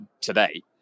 today